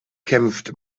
kämpft